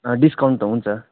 discount त हुन्छ